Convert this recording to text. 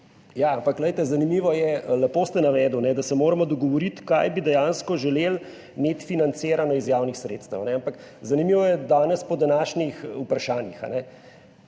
zanimivo je, lepo ste navedli, da se moramo dogovoriti, kaj bi dejansko želeli imeti financirano iz javnih sredstev. Ampak zanimivo je danes, po današnjih vprašanjih